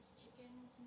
chickens